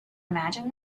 imagine